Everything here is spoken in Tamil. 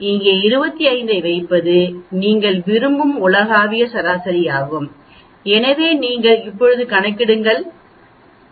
எனவே இங்கே 25 ஐ வைப்பது நீங்கள் விரும்பும் உலகளாவிய சராசரியாகும் எனவே நீங்கள் இப்போது கணக்கிடுங்கள் என்று நாங்கள் கூறலாம்